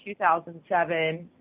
2007